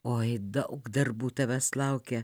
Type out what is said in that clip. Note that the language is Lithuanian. oi daug darbų tavęs laukia